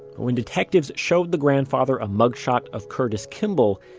when detectives showed the grandfather a mugshot of curtis kimball,